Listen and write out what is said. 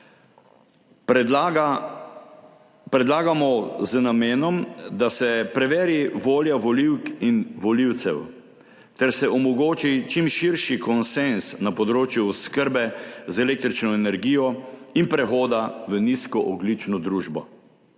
predlagamo z namenom, da se preveri volja volivk in volivcev ter da se omogoči čim širši konsenz na področju oskrbe z električno energijo in prehoda v nizkoogljično družbo.